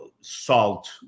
salt